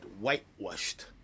whitewashed